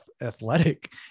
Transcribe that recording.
athletic